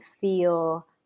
feel